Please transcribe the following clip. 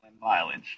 mileage